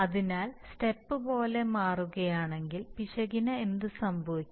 അതിനാൽ സ്റ്റെപ്പ് പോലെ മാറുകയാണെങ്കിൽ പിശകിന് എന്ത് സംഭവിക്കും